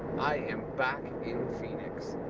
i am back in phoenix.